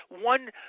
one